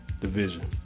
division